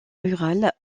rural